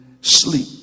sleep